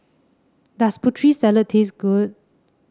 does Putri Salad taste good